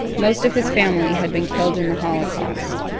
most of his family had been killed in the holocaust.